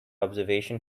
observation